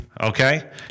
Okay